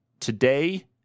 Today